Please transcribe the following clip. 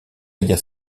guerre